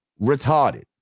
retarded